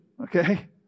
Okay